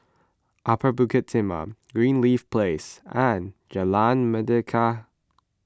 Upper Bukit Timah Greenleaf Place and Jalan Mendaki